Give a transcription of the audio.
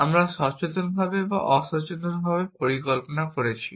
আমরা সচেতনভাবে বা অবচেতনভাবে পরিকল্পনা করছি